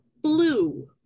blue